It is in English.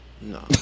No